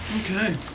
Okay